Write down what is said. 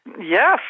Yes